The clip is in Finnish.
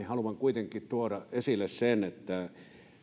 haluan kuitenkin tuoda esille sen että